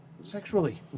sexually